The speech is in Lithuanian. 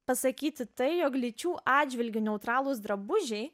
pasakyti tai jog lyčių atžvilgiu neutralūs drabužiai